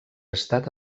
estat